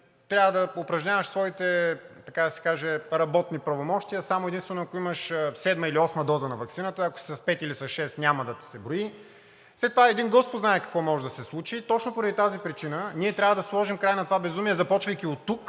трябва да упражняваш своите, така да се каже, работни правомощия само и единствено ако имаш седма или осма доза на ваксината, ако си с пет или с шест – няма да ти се брои. След това един Господ знае какво може да се случи. Точно поради тази причина ние трябва да сложим край на това безумие, започвайки оттук,